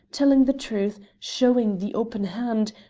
telling the truth, showing the open hand,